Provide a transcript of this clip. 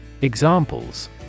Examples